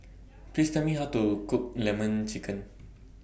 Please Tell Me How to Cook Lemon Chicken